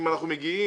אם אנחנו מגיעים,